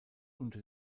unter